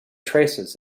traces